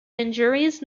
injuries